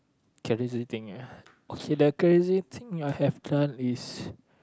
crazy thing ah I see that crazy thing I have done is